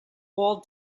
all